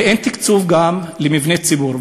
וגם אין תקצוב למבני ציבור.